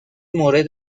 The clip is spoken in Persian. مورد